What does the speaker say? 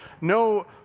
no